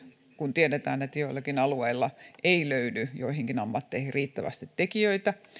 kun tiedetään että joillakin alueilla ei löydy joihinkin ammatteihin riittävästi tekijöitä